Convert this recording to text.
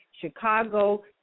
Chicago